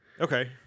Okay